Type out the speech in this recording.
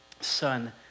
son